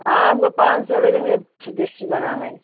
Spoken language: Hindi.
हाँ हमको पाँच सौ ले लेंगे बना है